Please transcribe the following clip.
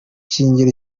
shingiro